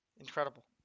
Incredible